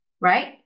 Right